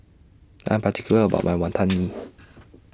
I Am particular about My Wantan Mee